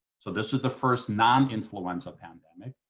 so this is the first non-influenza pandemic.